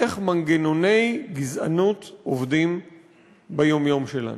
איך מנגנוני גזענות עובדים ביום-יום שלנו.